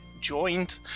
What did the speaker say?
joined